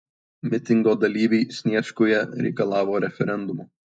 mitingo dalyviai sniečkuje reikalavo referendumo